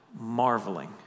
marveling